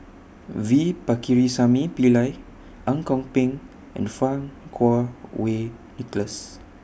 V Pakirisamy Pillai Ang Kok Peng and Fang Kuo Wei Nicholas